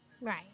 Right